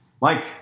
Mike